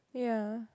yeah